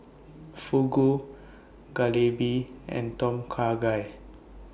Fugu Jalebi and Tom Kha Gai